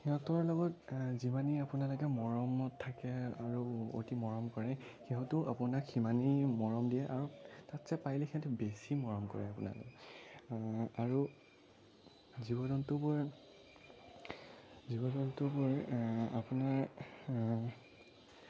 সিহঁতৰ লগত যিমানেই আপোনালোকে মৰমত থাকে আৰু অতি মৰম কৰে সিহঁতেও আপোনাক সিমানেই মৰম দিয়ে আৰু তাতছে পাৰিলে সিহঁতে বেছি মৰম কৰে আপোনাক আৰু জীৱ জন্তুবোৰ জীৱ জন্তুবোৰ আপোনাৰ